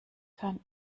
kann